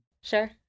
Sure